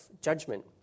judgment